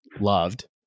loved